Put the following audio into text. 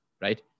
right